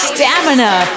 Stamina